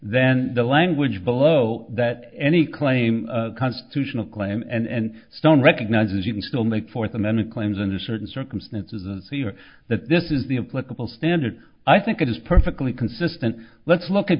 then the language below that any claim constitutional claim and stone recognizes you can still make fourth amendment claims under certain circumstances and see that this is the a clickable standard i think it is perfectly consistent let's look at